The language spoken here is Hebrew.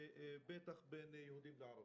ובטח בין יהודים וערבים.